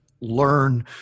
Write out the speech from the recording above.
learn